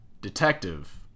detective